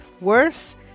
Worse